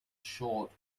short